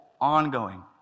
ongoing